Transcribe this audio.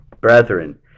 Brethren